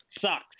sucks